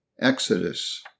Exodus